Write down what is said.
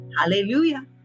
Hallelujah